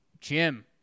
Jim